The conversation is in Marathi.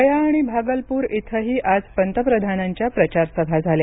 गया आणि भागलपूर इथंही आज पंतप्रधानांच्या प्रचारसभा झाल्या